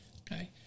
okay